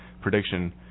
prediction